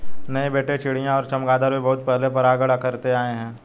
नहीं बेटे चिड़िया और चमगादर भी बहुत पहले से परागण करते आए हैं